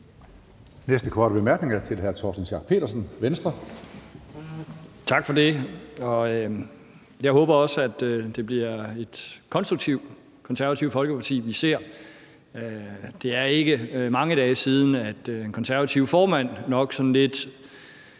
Pedersen, Venstre. Kl. 14:48 Torsten Schack Pedersen (V): Tak for det. Jeg håber også, at det bliver et konstruktivt Konservativt Folkeparti, vi ser. Det er ikke mange dage siden, at den konservative formand – nok sådan lidt